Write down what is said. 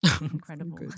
Incredible